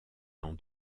dans